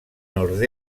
nord